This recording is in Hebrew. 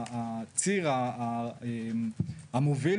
הציר המוביל,